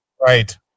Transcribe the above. Right